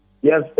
Yes